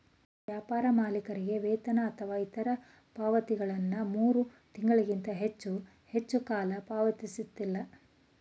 ವ್ಯಾಪಾರ ಮಾಲೀಕರಿಗೆ ವೇತನ ಅಥವಾ ಇತ್ರ ಪಾವತಿಗಳನ್ನ ಮೂರು ತಿಂಗಳಿಗಿಂತ ಹೆಚ್ಚು ಹೆಚ್ಚುಕಾಲ ಪಾವತಿಸಲ್ಲ